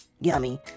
yummy